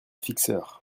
fixer